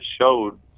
showed